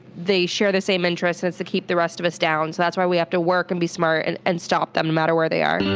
they share the same interests as the keep the rest of us down. so that's why we have to work and be smart and and stop them no matter where they are.